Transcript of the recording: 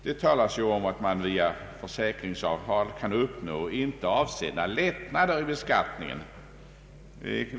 Det talas om att man via försäkringsavtal kan uppnå inte avsedda lättnader i beskattningen.